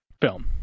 film